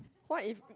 what if